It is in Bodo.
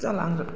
जाला आंजों